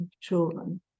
children